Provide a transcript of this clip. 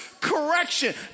correction